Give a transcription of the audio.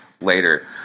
later